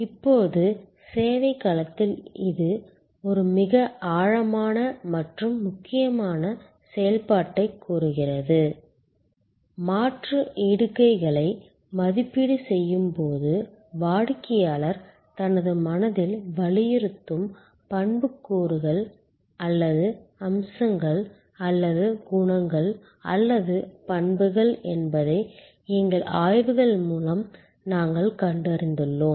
இப்போது சேவை களத்தில் இது ஒரு மிக ஆழமான மற்றும் முக்கியமான செயல்பாட்டைக் கூறுகிறது மாற்று இடுகைகளை மதிப்பீடு செய்யும் போது வாடிக்கையாளர் தனது மனதில் வலியுறுத்தும் பண்புக்கூறுகள் அல்லது அம்சங்கள் அல்லது குணங்கள் அல்லது பண்புகள் என்பதை எங்கள் ஆய்வுகள் மூலம் நாங்கள் கண்டறிந்துள்ளோம்